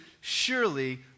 surely